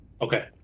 Okay